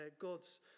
God's